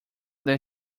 that